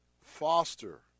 foster